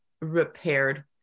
repaired